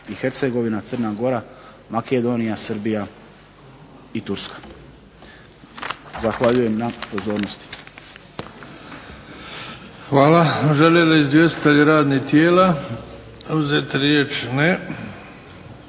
i Hercegovina, Crna Gora, Makedonija, Srbija i Turska. Zahvaljujem na pozornosti. **Bebić, Luka (HDZ)** Hvala. Žele li izvjestitelji radnih tijela uzeti riječ? Ne.